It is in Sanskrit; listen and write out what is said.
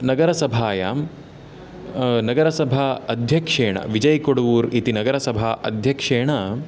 नगरसभायाम् नगरसभा अध्यक्षेन विजयकोडूर् इति नगरसभा अध्यक्षेन